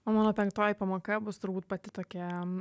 o mano penktoji pamoka bus turbūt pati tokia